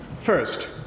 First